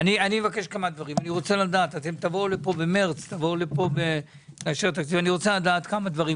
תבואו לפה במרץ לאשר תקציב ואני רוצה לדעת כמה דברים.